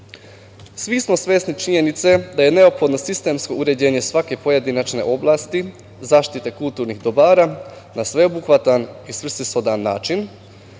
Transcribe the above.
smo svesni činjenice da je neophodno sistemsko uređenje svake pojedinačne oblasti zaštite kulturnih dobara na sveobuhvatan i svrsishodan način